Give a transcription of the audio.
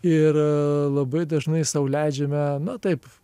ir labai dažnai sau leidžiame na taip